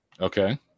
Okay